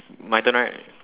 my turn right